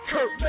Kurt